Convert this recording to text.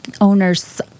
owners